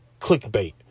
clickbait